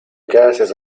gases